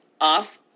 off